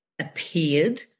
appeared